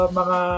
mga